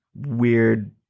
weird